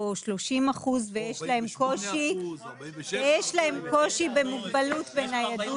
או 30 אחוזים ויש להם קושי במוגבלות וניידות.